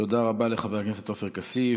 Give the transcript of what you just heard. תודה רבה לחבר הכנסת עופר כסיף.